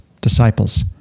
disciples